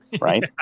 Right